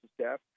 staff